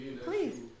Please